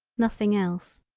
nothing else.